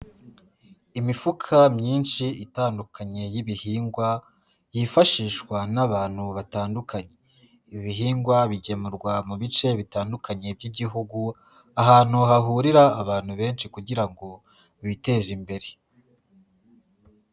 Imifuka myinshi itandukanye y'ibihingwa, yifashishwa n'abantu batandukanye. Ibihingwa bigemurwa mu bice bitandukanye by'Igihugu, ahantu hahurira abantu benshi kugira ngo biteze imbere.